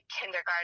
kindergarten